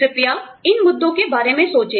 कृपया इन मुद्दों के बारे में सोचें